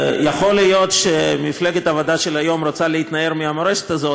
יכול להיות שמפלגת העבודה של היום רוצה להתנער מהמורשת הזאת,